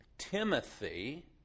Timothy